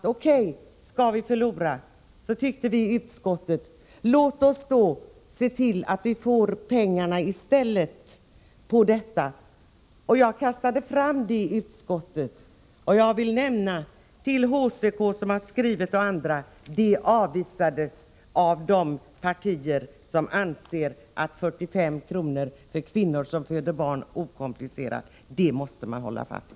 Eftersom vi skulle förlora denna omröstning tyckte vi socialdemokrater i utskottet att vi skulle se till att de 19 miljonerna användes på detta sätt. Jag kastade fram förslaget i utskottet, och jag vill nämna för HCK, som har skrivit till oss, och andra att vårt förslag avvisades av de partier som anser att det inte skall göras ett avdrag på 45 kr. för kvinnor som föder barn okomplicerat.